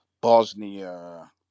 Bosnia